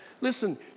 listen